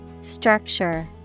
Structure